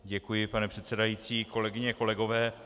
Děkuji, pane předsedající, kolegyně, kolegové.